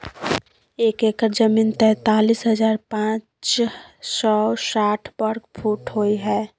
एक एकड़ जमीन तैंतालीस हजार पांच सौ साठ वर्ग फुट होय हय